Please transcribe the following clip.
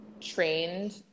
trained